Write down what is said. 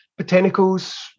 botanicals